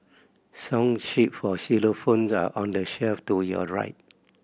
song sheet for xylophones are on the shelf to your right